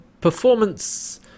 performance